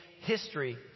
history